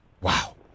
Wow